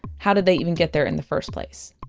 how did they even get there in the first place?